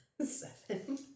Seven